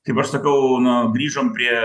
kaip aš sakau na grįžom prie